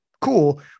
Cool